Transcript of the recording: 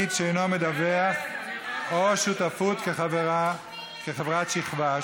קביעת תאגיד שאינו מדווח או שותפות כחברת שכבה),